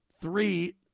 three